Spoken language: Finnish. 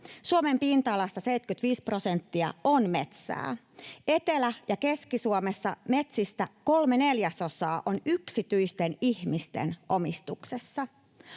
Suomen pinta-alasta 75 prosenttia on metsää. Etelä- ja Keski-Suomessa metsistä kolme neljäsosaa on yksityisten ihmisten omistuksessa.